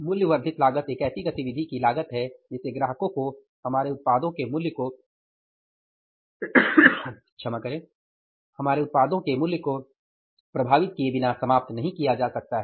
मूल्य वर्धित लागत एक ऐसी गतिविधि की लागत है जिसे ग्राहकों को हमारे उत्पादों के मूल्य को प्रभावित किए बिना समाप्त नहीं किया जा सकता है